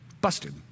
Busted